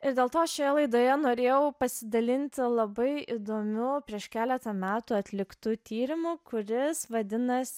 ir dėl to aš šioje laidoje norėjau pasidalinti labai įdomiu prieš keletą metų atliktu tyrimu kuris vadinasi